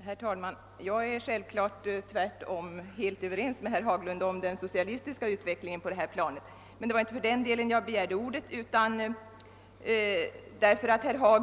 Herr talman! Jag är självfallet tvärtom helt överens med herr Haglund beträffande den socialistiska utvecklingen på det plan vi diskuterar. Därför är det beklagligt att man